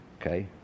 Okay